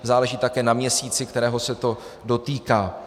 Záleží také na měsíci, kterého se to dotýká.